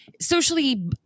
socially